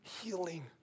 healing